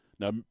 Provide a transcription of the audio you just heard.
Now